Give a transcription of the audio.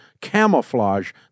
camouflage